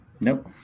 Nope